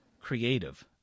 creative